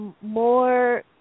more